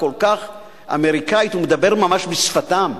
כל כך, כל כך אמריקנית, הוא מדבר ממש בשפתם.